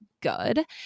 good